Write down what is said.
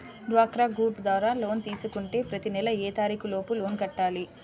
డ్వాక్రా గ్రూప్ ద్వారా లోన్ తీసుకుంటే ప్రతి నెల ఏ తారీకు లోపు లోన్ కట్టాలి?